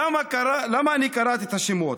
למה אני קראתי את השמות?